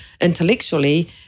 intellectually